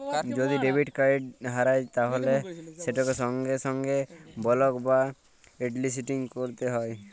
যদি debit card হারাঁয় যায় তাইলে সেটকে সঙ্গে সঙ্গে বলক বা হটলিসটিং ক্যইরতে হ্যয়